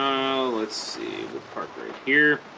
oh let's see we'll park right here